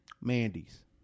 Mandy's